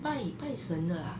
拜拜神的啊